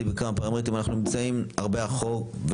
בכמה פרמטרים אנחנו נמצאים הרבה אחור.